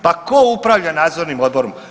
Pa tko upravlja nadzornim odborom?